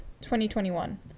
2021